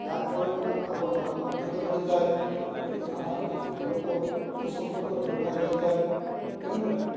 ଯାହାଫଳରେ କି ତାଙ୍କର ଭାବରେ ଆଦାନ ପ୍ରଦାନ ମଧ୍ୟ ବଢ଼ିଥାଏ ଏକ ସାମାଜିକ ସମ୍ପର୍କ ସୁସମ୍ପର୍କରେ ପରିଣତ ହୋଇଥାଏ ତେଣୁ